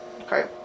Okay